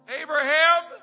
Abraham